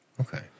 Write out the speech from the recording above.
Okay